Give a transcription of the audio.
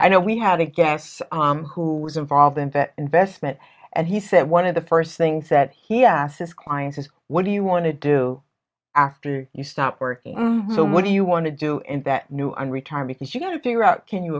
i know we have a guest who was involved in that investment and he said one of the first things that he asked his clients is what do you want to do after you stop working what do you want to do in that new and retire because you got to figure out can you